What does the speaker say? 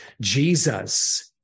Jesus